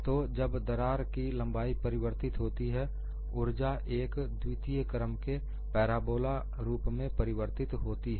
तो जब दरार की लंबाई परिवर्तित होती है ऊर्जा एक द्वितीय क्रम के पैराबोला रूप में परिवर्तित होती है